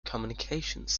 communications